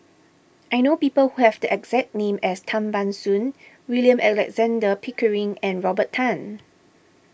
I know people who have the exact name as Tan Ban Soon William Alexander Pickering and Robert Tan